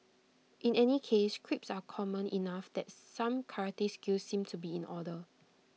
in any case creeps are common enough that some karate skills seem to be in order